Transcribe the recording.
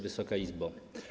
Wysoka Izbo!